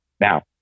Now